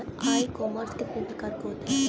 E commerce कितने प्रकार के होते हैं?